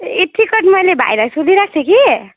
ए ticket मैले भाइलाई सोधिराखेको थिएँ कि